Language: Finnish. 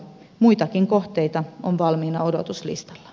muitakin kohteita on valmiina odotuslistalla